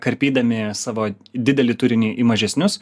karpydami savo didelį turinį į mažesnius